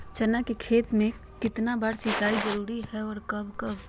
चना के खेत में कितना बार सिंचाई जरुरी है और कब कब?